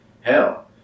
Hell